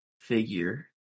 figure